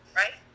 right